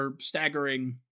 staggering